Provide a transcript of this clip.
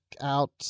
out